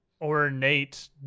ornate